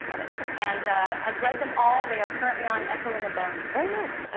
ah but sort of and has read them all. they are currently on echo in the bone. very nice.